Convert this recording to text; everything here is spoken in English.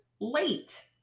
late